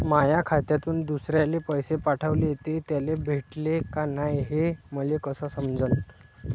माया खात्यातून दुसऱ्याले पैसे पाठवले, ते त्याले भेटले का नाय हे मले कस समजन?